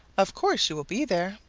of course you will be there.